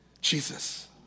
Jesus